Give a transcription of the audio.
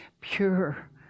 Pure